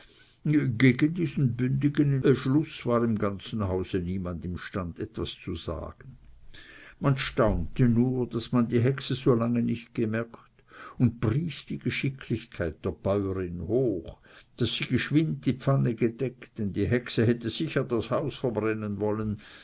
diesen bündigen schluß war im ganzen hause niemand imstande etwas einzuwenden man staunte nur daß man die hexe so lange nicht gemerkt und pries die geschicklichkeit der bäuerin hoch daß sie geschwind die pfanne gedeckt denn die hexe hätte sicher das haus verbrennen wollen